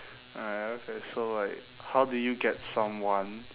alright okay so like how do you get someone